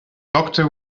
doctor